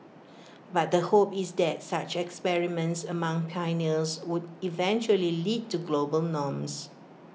but the hope is that such experiments among pioneers would eventually lead to global norms